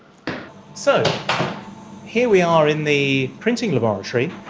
so here we are in the printing laboratory,